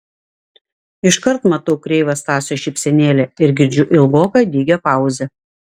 iškart matau kreivą stasio šypsenėlę ir girdžiu ilgoką dygią pauzę